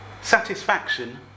satisfaction